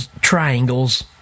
triangles